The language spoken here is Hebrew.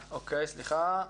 להגיע.